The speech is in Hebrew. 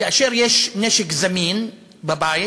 כאשר יש נשק זמין בבית,